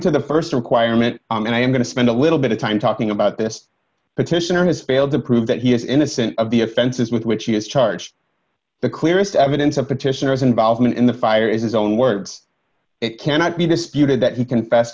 to the st requirement and i am going to spend a little bit of time talking about this petitioner has failed to prove that he is innocent of the offenses with which he is charged the clearest evidence of petitioners involvement in the fire is his own words it cannot be disputed that he confessed